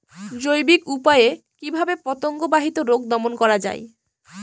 জৈবিক উপায়ে কিভাবে পতঙ্গ বাহিত রোগ দমন করা যায়?